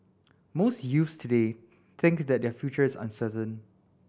most youths today think that their future is uncertain